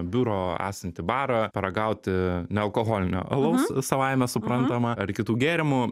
biuro esantį barą paragauti nealkoholinio alaus savaime suprantama ar kitų gėrimų